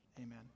Amen